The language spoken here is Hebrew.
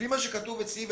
לפי מה שכתוב אצלי,